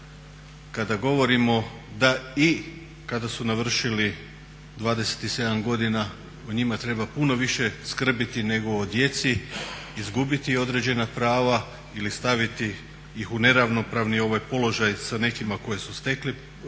kada govorimo da i kada su navršili 27 godina o njima treba puno više skrbiti nego o djeci, izgubiti određena prava ili staviti ih u neravnopravni položaj sa nekima koji su stekli